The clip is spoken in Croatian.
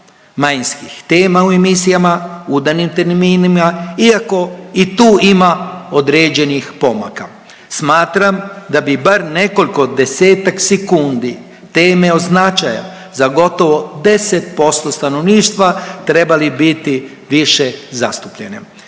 manjinskih tema u emisijama u udarnim terminima iako i tu ima određenih pomaka. Smatram da bi bar nekoliko desetak sekundi teme od značaja za gotovo 10% stanovništva trebale biti više zastupljene.